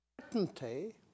certainty